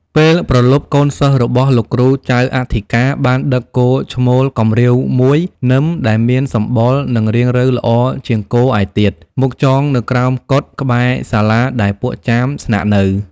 ពេលព្រលប់ កូនសិស្សរបស់លោកគ្រូចៅអធិការបានដឹកគោឈ្មោលកម្រៀវមួយនឹមដែលមានសម្បុរនិងរាងរៅល្អជាងគោឯទៀត មកចងនៅក្រោមកុដិក្បែរសាលាដែលពួកចាមស្នាក់នៅ។